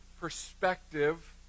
perspective